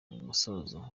musozo